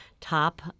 top